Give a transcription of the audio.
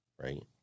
Right